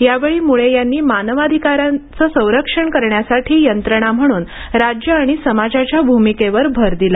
यावेळी मुळ्ये मानवाधिकारांचे संरक्षण करण्यासाठी यंत्रणा म्हणून राज्य आणि समाजाच्या भूमिकेवर भर दिला